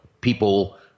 people